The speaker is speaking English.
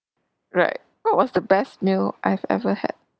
right what was the best meal I've ever had